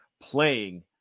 playing